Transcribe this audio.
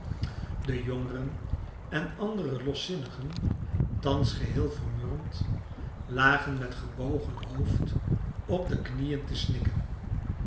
de jongeren en andere loszinnigen thans geheel vermurwd lagen met gebogen hoofd op de knieën te snikken